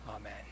amen